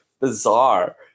bizarre